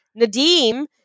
Nadim